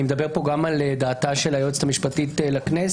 אני מדבר פה גם על דעתה של היועצת המשפטית לכנסת,